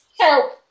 help